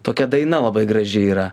tokia daina labai graži yra